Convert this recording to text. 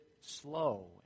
slow